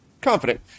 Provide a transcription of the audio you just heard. confident